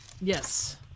Yes